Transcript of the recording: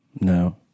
no